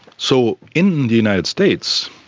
so, in the united states,